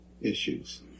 issues